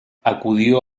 acudió